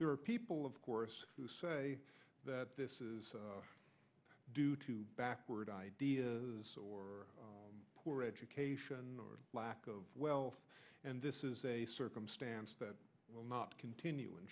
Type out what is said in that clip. there are people of course who say that this is due to backward ideas or poor education or lack of wealth and this is a circumstance that will not continue in